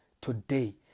today